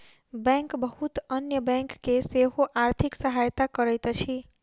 bank बहुत अन्य bank के सेहो आर्थिक सहायता करैत अछि